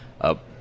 up